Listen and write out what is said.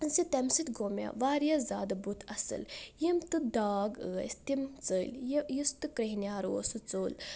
زِ تٔمہِ سۭتۍ گوٚو مےٚ واریاہ زیٛادٕ بُتھ اَصل یِم تہِ داغ أسۍ تِم ژٔلۍ یُس تہِ کرٛہۍنیار اوس سُہ ژوٚل